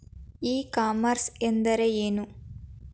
E commerce ಎಂದರೆ ಏನು?